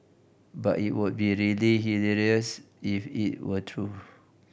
but it would be really hilarious if it were true